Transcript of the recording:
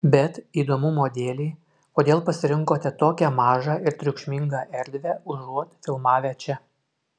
bet įdomumo dėlei kodėl pasirinkote tokią mažą ir triukšmingą erdvę užuot filmavę čia